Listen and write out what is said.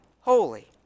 holy